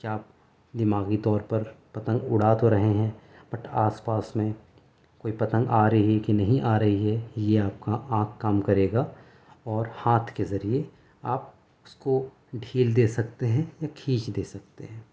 کیا آپ دماغی طور پر پتنگ اڑا تو رہے ہیں بٹ آس پاس میں کوئی پتنگ آ رہی کہ نہیں آ رہی ہے یہ آپ کا آنکھ کام کرے گا اور ہاتھ کے ذریعے آپ اس کو ڈھیل دے سکتے ہیں یا کھینچ دے سکتے ہیں